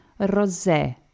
rosé